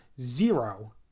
zero